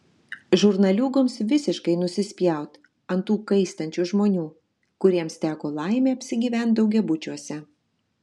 žurnaliūgoms visiškai nusispjaut ant tų kaistančių žmonių kuriems teko laimė apsigyvent daugiabučiuose